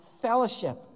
fellowship